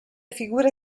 figure